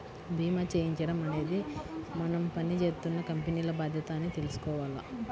భీమా చేయించడం అనేది మనం పని జేత్తున్న కంపెనీల బాధ్యత అని తెలుసుకోవాల